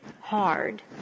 hard